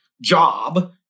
job